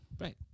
Right